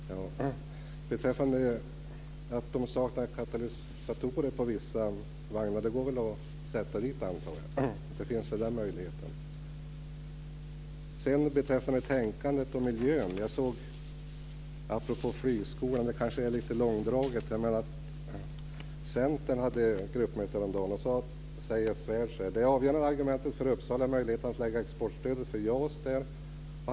Fru talman! Beträffande påståendet att vissa vagnar saknar katalysatorer vill jag säga att jag antar att det går att sätta dit sådana. Den möjligheten finns väl. Beträffande tänkandet och miljön och apropå flygskolan vill jag säga följande. Det kanske är lite långsökt, men jag såg att Centern hade gruppmöte häromdagen. Man säger så här: Det avgörande argumentet för Uppsala är möjligheten att lägga exportstödet för JAS där.